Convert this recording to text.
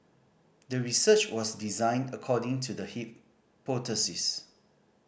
the research was designed according to the hypothesis